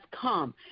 come